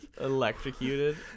electrocuted